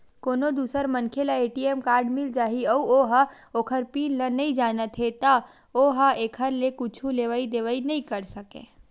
कोनो दूसर मनखे ल ए.टी.एम कारड मिल जाही अउ ओ ह ओखर पिन ल नइ जानत हे त ओ ह एखर ले कुछु लेवइ देवइ नइ कर सकय